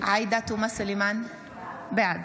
בעד